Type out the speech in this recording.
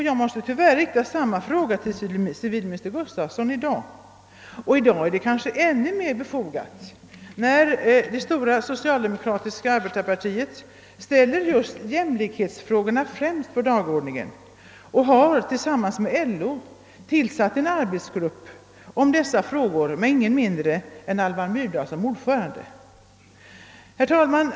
Jag måste tyvärr rikta samma fråga till civilminister Gustafsson i dag. Nu är frågan kanske ännu mer befogad eftersom det stora socialdemokratiska arbetarpartiet ställer just jämlikhetsfrågorna främst på dagordningen och tillsammans med LO har tillsatt en arbetsgrupp för dessa frågor med ingen mindre än Alva Myrdal som ordförande.